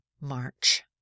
March